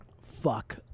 Fuck